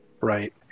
Right